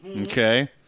Okay